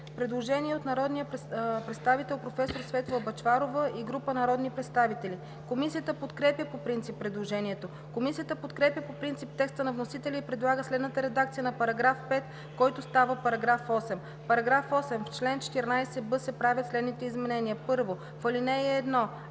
предложение на народния представител професор Светла Бъчварова и група народни представители. Комисията подкрепя по принцип предложението. Комисията подкрепя по принцип текста на вносителя и предлага следната редакция на § 5, който става § 8: „§ 8. В чл. 14б се правят следните изменения: 1. В ал. 1: а) в т.